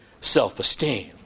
self-esteem